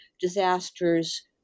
disasters